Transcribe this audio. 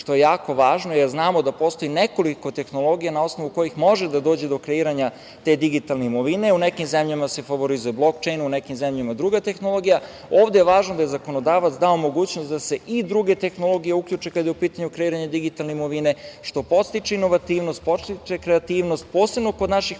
što je jako važno jer znamo da postoji nekoliko tehnologija na osnovu kojih može da dođe do kreiranja te digitalne imovine. U nekim zemljama se favorizuje blok čejn, u nekim zemljama druga tehnologija. Ovde je važno da je zakonodavac dao mogućnost da se i druge tehnologije uključe kada je u pitanju kreiranje digitalne imovine, što podstiče inovativnost, podstiče kreativnost posebno kod naših